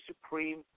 Supreme